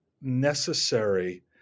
necessary